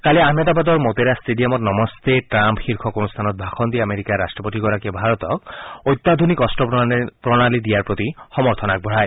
কালি আহমেদাবাদৰ মটেৰা ট্টেডিয়ামত নমস্তে টাম্প শীৰ্ষক অনুষ্ঠানত ভাষণ দি আমেৰিকাৰ ৰাট্টপতিগৰাকীয়ে ভাৰতক অত্যাধুনিক অস্ত্ৰ প্ৰণালী দিয়াৰ প্ৰতি সমৰ্থন আগবঢ়ায়